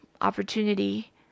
opportunity